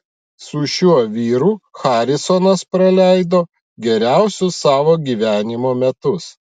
su šiuo vyru harisonas praleido geriausius savo gyvenimo metus